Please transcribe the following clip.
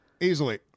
easily